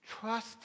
trust